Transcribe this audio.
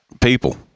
people